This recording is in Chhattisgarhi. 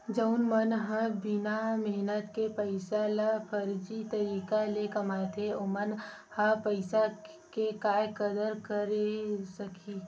जउन मन ह बिना मेहनत के पइसा ल फरजी तरीका ले कमाथे ओमन ह पइसा के काय कदर करे सकही